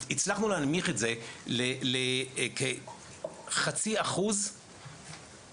הצלחנו להנמיך את זה לכחצי אחוז בשנה,